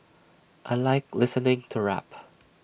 I Like listening to rap